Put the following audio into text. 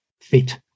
fit